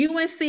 UNC